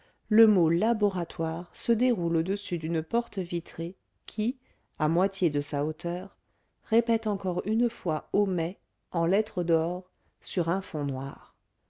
le mot laboratoire se déroule au-dessus d'une porte vitrée qui à moitié de sa hauteur répète encore une fois homais en lettres d'or sur un fond noir